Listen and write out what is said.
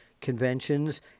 conventions